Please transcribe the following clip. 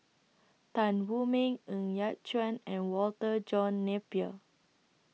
Tan Wu Meng Ng Yat Chuan and Walter John Napier